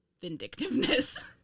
vindictiveness